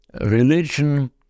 religion